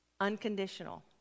unconditional